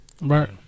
Right